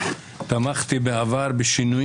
תמכתי בעבר בשינויים